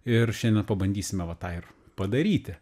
ir šiandien pabandysime va tą ir padaryti